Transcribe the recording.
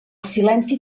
silenci